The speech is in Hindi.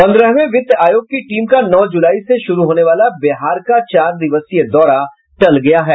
पन्द्रहवें वित्त आयोग की टीम का नौ जुलाई से शुरू होने वाला बिहार का चार दिवसीय दौरा टल गया है